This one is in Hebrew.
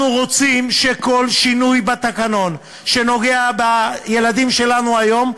אנחנו רוצים שכל שינוי בתקנון שנוגע בילדים שלנו היום,